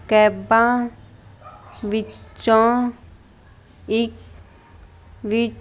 ਕੈਬਾਂ ਵਿੱਚੋਂ ਇੱਕ ਵਿੱਚ